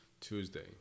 Tuesday